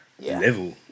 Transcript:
level